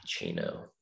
cappuccino